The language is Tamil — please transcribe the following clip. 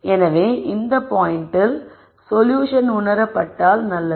எனவே இந்த பாயிண்ட்டில் சொல்யூஷன் உணரப்பட்டால் நல்லது